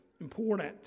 important